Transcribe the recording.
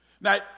Now